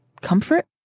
comfort